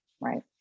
right